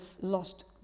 lost